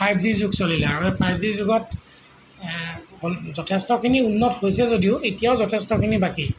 five G যুগ চলিলে আৰু এই ফাইভ জি যুগত যথেষ্টখিনি উন্নত হৈছে যদিও যথেষ্টখিনি এতিয়াও বাকী